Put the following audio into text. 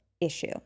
issue